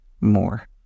more